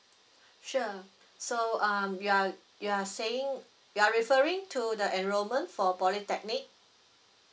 sure so um you are you are saying you are referring to the enrollment for polytechnic